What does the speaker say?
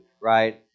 right